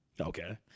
Okay